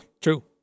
true